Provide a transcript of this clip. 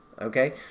Okay